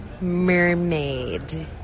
mermaid